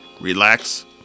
relax